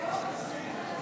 אבל אני רוצה לפתוח בנושא אחר,